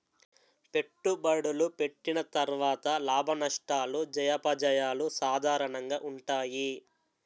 పెట్టుబడులు పెట్టిన తర్వాత లాభనష్టాలు జయాపజయాలు సాధారణంగా ఉంటాయి